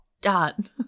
done